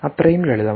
അത്രയും ലളിതമാണ്